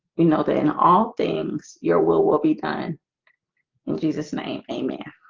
you know that in all things your will will be done in jesus name amen